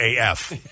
AF